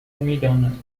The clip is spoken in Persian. میداند